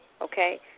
Okay